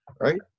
right